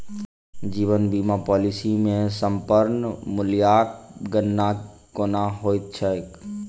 जीवन बीमा पॉलिसी मे समर्पण मूल्यक गणना केना होइत छैक?